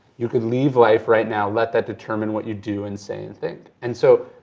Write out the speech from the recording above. you can leave life right now, let that determine what you do and say and think. and so